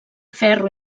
ferro